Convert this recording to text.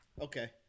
Okay